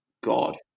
God